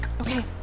Okay